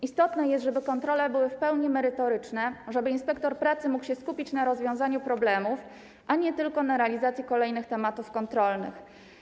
Istotne jest, żeby kontrole były w pełni merytoryczne, żeby inspektor pracy mógł się skupić na rozwiązywaniu problemów, a nie tylko na realizacji kolejnych tematów kontrolnych.